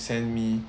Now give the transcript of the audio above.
send me